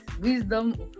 wisdom